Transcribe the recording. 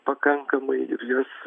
pakankamai ir jas